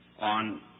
on